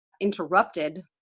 interrupted